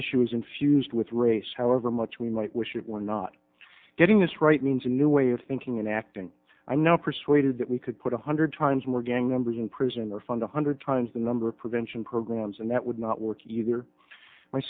issue is infused with race however much we might wish it were not getting this right means a new way of thinking and acting i know persuaded that we could put a hundred times more gang members in prison or fund a hundred times the number of prevention programs and that would not work either my